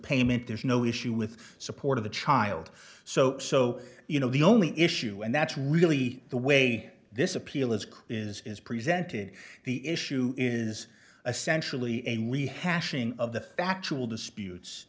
payment there's no issue with support of the child so so you know the only issue and that's really the way this appeal is is is presented the issue is essentially a rehashing of the factual